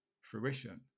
fruition